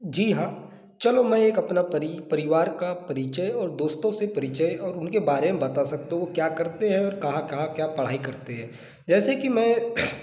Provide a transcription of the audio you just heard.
जी हाँ चलो मैं एक अपना परिवार का परिचय और दोस्तों से परिचय और उनके बारे में बता सकता हूँ वह क्या करते हैं और कहाँ कहाँ क्या पढ़ाई करते हैं जैसे कि मैं